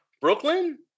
Brooklyn